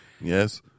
Yes